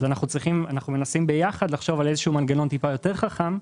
אנחנו מנסים ביחד לחשוב על מנגנון קצת יותר חכם,